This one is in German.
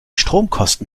stromkosten